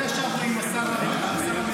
לא ישבנו עם השר הממונה,